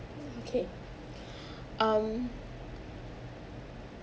okay um